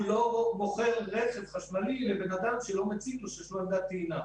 לא ימכור רכב חשמלי לבן אדם שלא מציג לו שיש לו עמדת טעינה,